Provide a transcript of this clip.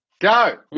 Go